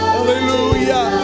Hallelujah